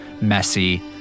messy